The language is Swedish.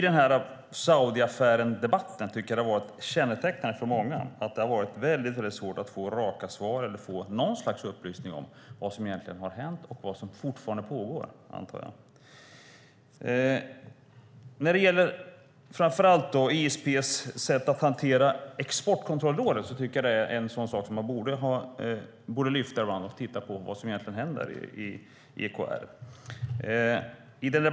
Kännetecknande för många av debatterna om Saudiaffären har varit att det har varit väldigt svårt att få raka svar eller något slags upplysning om vad som egentligen har hänt - och vad som fortfarande pågår, antar jag. Jag tycker att framför allt ISP:s sätt att hantera Exportkontrollrådet är en sådan sak som man borde lyfta fram ibland, att man borde titta på vad som egentligen händer i EKR.